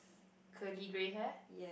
curly grey hair